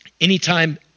Anytime